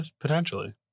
Potentially